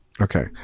Okay